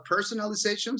personalizations